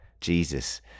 Jesus